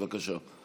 בבקשה.